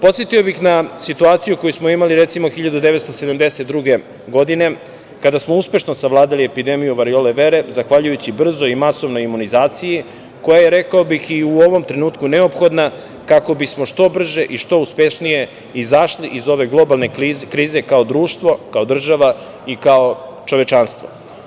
Podsetio bih na situaciju koju smo imali, recimo, 1972. godine, kada smo uspešno savladali epidemiju variole vere, zahvaljujući brzo i masovnoj imunizaciji, koja je, rekao bih, i u ovom trenutku neophodna kako bismo što brže i što uspešnije izašli iz ove globalne krize kao društvo, kao država i kao čovečanstvo.